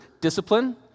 discipline